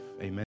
Amen